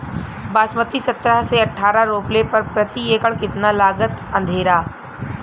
बासमती सत्रह से अठारह रोपले पर प्रति एकड़ कितना लागत अंधेरा?